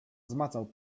zmacał